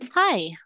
Hi